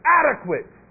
adequate